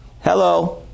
Hello